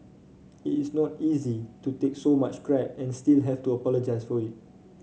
it is not easy to take so much crap and still have to apologise for it